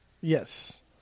Yes